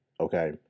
okay